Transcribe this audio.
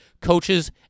coaches